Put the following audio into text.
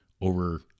over